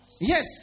Yes